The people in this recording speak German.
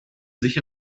sich